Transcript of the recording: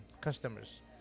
customers